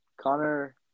Connor